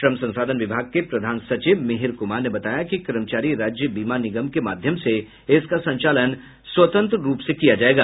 श्रम संसाधन विभाग के प्रधान सचिव मिहिर कुमार ने बताया कि कर्मचारी राज्य बीमा निगम के माध्यम से इसका संचालन स्वतंत्र किया जायेगा